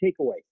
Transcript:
takeaway